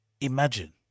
imagine